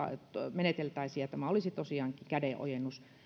meneteltäisiin tämä olisi tosiaankin kädenojennus